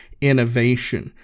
innovation